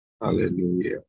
Hallelujah